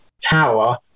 tower